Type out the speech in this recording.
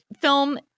Film